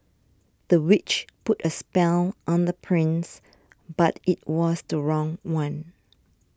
the witch put a spell on the prince but it was the wrong one